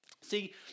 See